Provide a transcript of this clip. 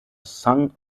song